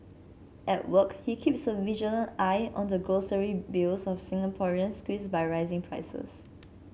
at work he keeps a vigilant eye on the grocery bills of Singaporeans squeezed by rising prices